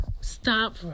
Stop